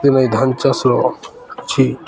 ଦିନ ଧାନ ଚାଷ୍ ଅଛି